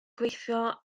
gweithio